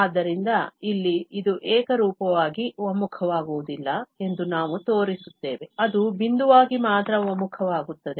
ಆದ್ದರಿಂದ ಇಲ್ಲಿ ಇದು ಏಕರೂಪವಾಗಿ ಒಮ್ಮುಖವಾಗುವುದಿಲ್ಲ ಎಂದು ನಾವು ತೋರಿಸುತ್ತೇವೆ ಅದು ಬಿಂದುವಾಗಿ ಮಾತ್ರ ಒಮ್ಮುಖವಾಗುತ್ತದೆ